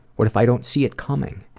what if i don't see it coming?